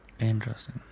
Interesting